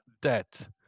debt